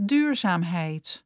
Duurzaamheid